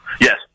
Yes